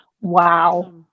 Wow